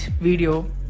video